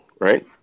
right